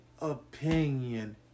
opinion